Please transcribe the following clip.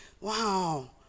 wow